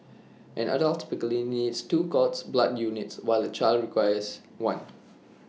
an adult typically needs two cord blood units while A child requires one